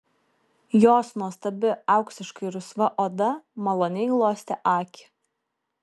jos nuostabi auksiškai rusva oda maloniai glostė akį